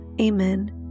Amen